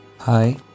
Hi